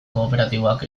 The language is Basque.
kooperatiboak